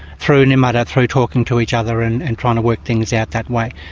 through any matter, through talking to each other and and trying to work things out that way.